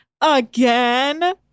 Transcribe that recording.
again